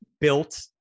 built